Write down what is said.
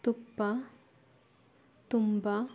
ತುಪ್ಪ ತುಂಬ